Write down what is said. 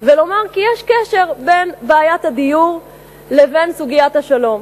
ולומר כי יש קשר בין בעיית הדיור לבין סוגיית השלום.